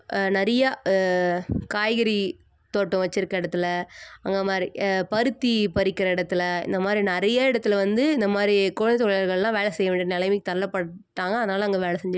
நிறையா காய்கறி தோட்டம் வெச்சிருக்க இடத்துல அந்தமாதிரி பருத்தி பறிக்கிற இடத்துல இந்தமாதிரி நிறையா இடத்துல வந்து இந்தமாதிரி குழந்தை தொழிலாளர்கள்லாம் வேலை செய்ய வேண்டிய நிலமைக்கு தள்ளப்பட்டாங்க அதனால் அங்கே வேலை செஞ்சுட்டு இருக்காங்க